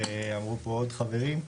ואמרו פה עוד חברים,